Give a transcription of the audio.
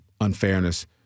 unfairness